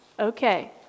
Okay